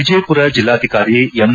ವಿಜಯಪುರ ಜಿಲ್ಲಾಧಿಕಾರಿ ಎಂ